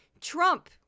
Trump